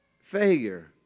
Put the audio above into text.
Failure